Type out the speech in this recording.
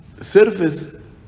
service